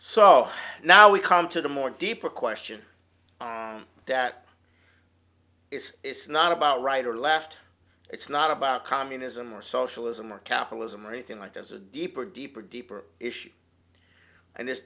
so now we come to the more deeper question that is it's not about right or left it's not about communism or socialism or capitalism or anything like as a deeper deeper deeper issue and this